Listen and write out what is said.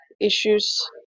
issues